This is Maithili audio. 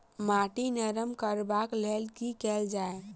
माटि नरम करबाक लेल की केल जाय?